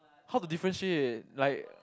how to differentiate like